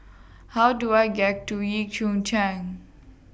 How Do I get to Yio Chu Chang